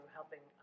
helping